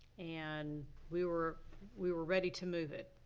and we were we were ready to move it,